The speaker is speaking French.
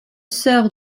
sœur